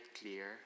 clear